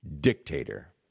dictator